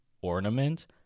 ornament